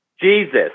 jesus